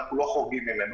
ואנחנו לא חורגים ממנו.